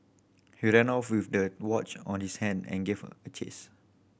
he ran off with the watch on his hand and gave a chase